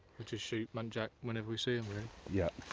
we should shoot muntjac whenever we see i mean and yeah